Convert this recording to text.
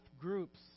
groups